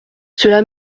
cela